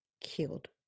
killed